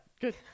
good